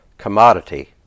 commodity